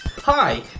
Hi